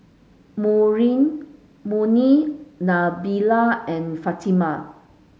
Murni Nabila and Fatimah